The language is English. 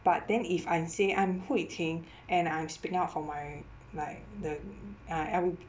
but then if I say I'm hui ting and I'm speaking up for my like the uh L